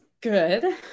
good